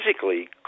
Physically